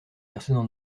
personnes